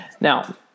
Now